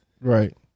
right